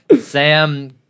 Sam